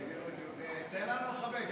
תן לנו לחבק.